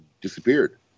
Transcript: disappeared